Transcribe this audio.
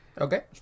Okay